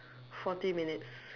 forty minutes